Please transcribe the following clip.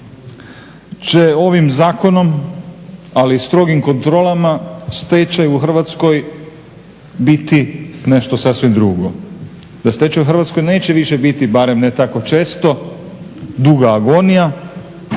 će ovim zakonom, ali i strogim kontrolama stečaj u Hrvatskoj biti nešto sasvim drugo, da stečaj u Hrvatskoj neće više biti barem ne tako često duga agonija,